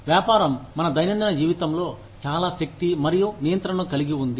వ్యాపారం మన దైనందిన జీవితంలో చాలా శక్తి మరియు నియంత్రణను కలిగి ఉంది